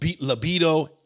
libido